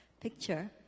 picture